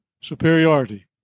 superiority